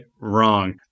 Wrong